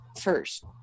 first